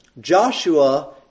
Joshua